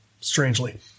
strangely